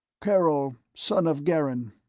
karol son of garin.